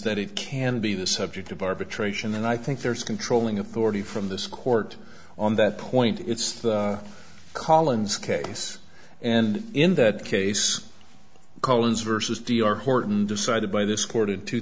that it can be the subject of arbitration and i think there is controlling authority from this court on that point it's the collins case and in that case collins versus d r horton decided by this court in two